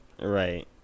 Right